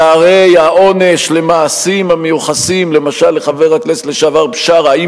הרי העונש על המעשים המיוחסים למשל לחבר הכנסת לשעבר בשארה,